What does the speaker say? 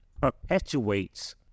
perpetuates